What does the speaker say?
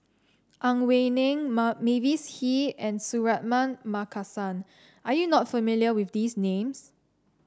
Ang Wei Neng Mavis Hee and Suratman Markasan are you not familiar with these names